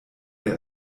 der